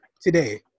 today